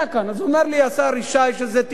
אז אומר לי השר ישי שזה תכנון.